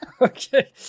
Okay